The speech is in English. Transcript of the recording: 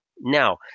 Now